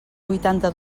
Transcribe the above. vuitanta